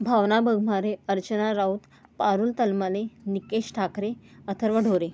Bhavana Baghmare Archana Raut Parul Talmale Nikesh Thakre Atharva Dhore